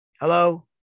Hello